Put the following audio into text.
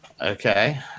Okay